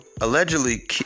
allegedly